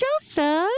Joseph